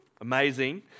Amazing